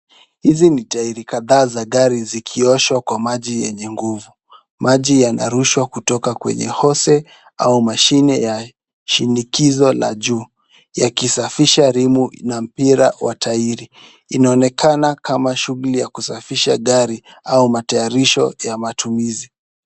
Hizi ni tairi kadhaa za gari zikioshwa kwa maji yenye nguvu. Maji yanarushwa kutoka kwenye hosi au mashine ya shinikizo la juu yakisafisha rimu na mpira wa tairi. Inaonekana kama shughuli ya kusafisha gari au matayarisho ya matumizi.